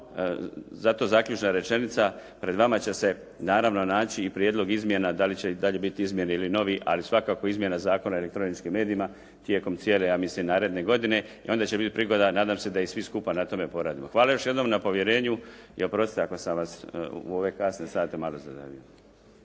zato zaključna rečenica. Pred vama će se naravno naći i prijedlog izmjena, da li će i dalje biti izmijene ili novi ali svakako izmjena Zakona o elektroničkim medijima tijekom cijele ja mislim naredne godine i onda će biti prigoda nadam se da i svi skupa na tome poradimo. Hvala još jednom na povjerenju i oprostite ako sam vas u ove kasne sate malo zadavio.